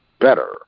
better